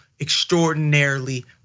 extraordinarily